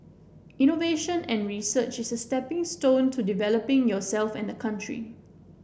innovation and research is a stepping stone to developing yourself and the country